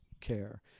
care